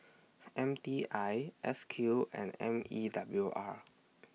M T I S Q and M E W R